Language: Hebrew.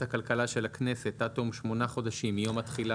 הכלכלה של הכנסת עד תום שמונה חודשים מיום התחילה,